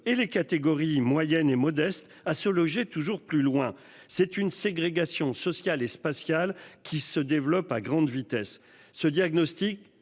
et les catégories moyennes et modestes, à se loger toujours plus loin c'est une ségrégation sociale et spatiale qui se développe à grande vitesse